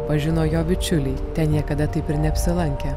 pažino jo bičiuliai ten niekada taip ir neapsilankę